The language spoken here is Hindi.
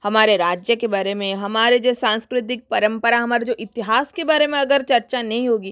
हमारे राज्य के बारे में हमारे जो सांस्कृतिक परंपरा हमारे जो इतिहास के बारे में अगर चर्चा नई होगी